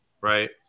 Right